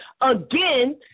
again